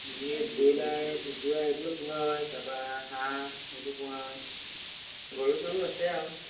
ম ব্ৰইলাৰ কুকুৰা সেইবোৰ পোহা হয় তাৰপা হাঁহ সেইবোৰ পোহা হয় গৰু চৰু আছে আৰু